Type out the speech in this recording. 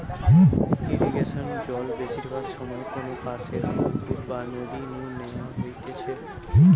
ইরিগেশনে জল বেশিরভাগ সময় কোনপাশের পুকুর বা নদী নু ন্যাওয়া হইতেছে